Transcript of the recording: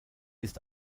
ist